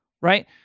right